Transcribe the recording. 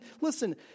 listen